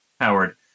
Howard